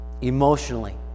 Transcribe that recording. emotionally